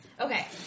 Okay